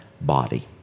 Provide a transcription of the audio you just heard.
body